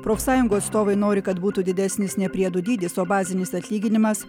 profsąjungų atstovai nori kad būtų didesnis ne priedų dydis o bazinis atlyginimas